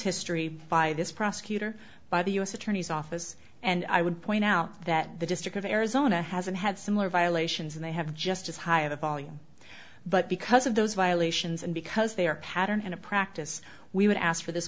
history by this prosecutor by the u s attorney's office and i would point out that the district of arizona hasn't had similar violations and they have just as high of a volume but because of those violations and because they are pattern and a practice we would ask for this